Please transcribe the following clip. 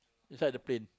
inside the plane